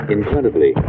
Incredibly